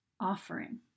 offering